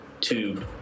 tube